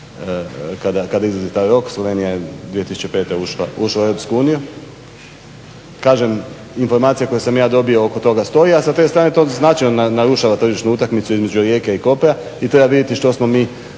kada izlazi taj rok. Slovenija je 2005. ušla u EU. Kaže informacija koje sam ja dobio oko toga stoji a sa te strane to značaj narušava tržišnu utakmicu između Rijeke i Kopra i treba vidjeti što smo mi